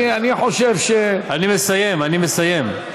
אני חושב, אני מסיים, אני מסיים.